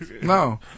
No